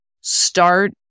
start